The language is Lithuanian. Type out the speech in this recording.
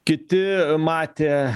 kiti matė